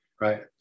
right